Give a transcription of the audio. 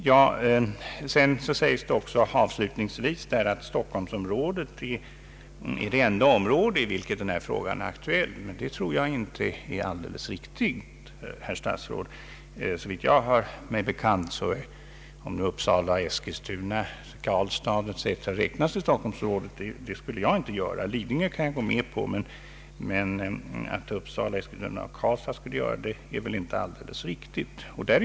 I slutet av interpellationssvaret sägs också att Stockholmsområdet är det enda område, i vilket denna fråga är aktuell. Det tror jag inte är alldeles riktigt, herr statsråd. Jag kan gå med på att Lidingö räknas till Stockholmsområdet, men att Uppsala och Eskilstuna skall räknas dit är väl inte alldeles säkert.